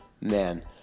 man